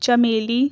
چمیلی